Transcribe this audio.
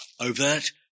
overt